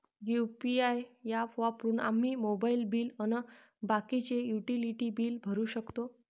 UPI app वापरून आम्ही mobile bill अन बाकीचे युटिलिटी बिल भरू शकतो